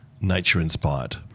nature-inspired